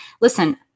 listen